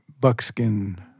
buckskin